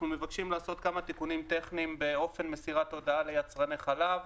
אנחנו מבקשים לעשות כמה תיקונים טכניים באופן מסירת הודעה ליצרני חלב,